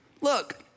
look